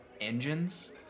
engines